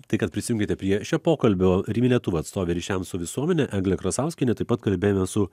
tai kad prisijungėte prie šio pokalbio rimi lietuva atstovė ryšiams su visuomene eglė krasauskienė taip pat kalbėjome su